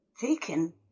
taken